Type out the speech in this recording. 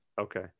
Okay